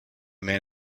man